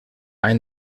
any